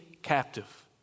captive